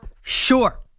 sure